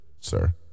sir